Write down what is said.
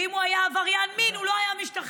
ואם הוא היה עבריין מין הוא לא היה משתחרר.